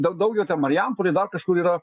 dar daugiau ten marijampolėj dar kažkur yra